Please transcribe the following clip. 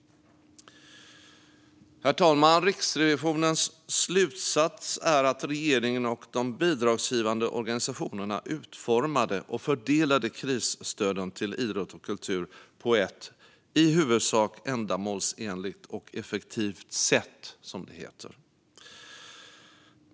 Herr talman! Riksrevisionens slutsats är att regeringen och de bidragsgivande organisationerna utformade och fördelade krisstöden till idrott och kultur på ett i huvudsak ändamålsenligt och effektivt sätt, som det heter.